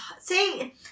See